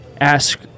ask